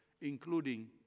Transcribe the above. including